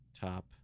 top